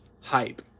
Hype